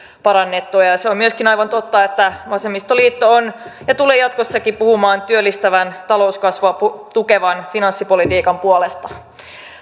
parannettua se on myöskin aivan totta että vasemmistoliitto on ja tulee jatkossakin puhumaan työllistävän talouskasvua tukevan finanssipolitiikan puolesta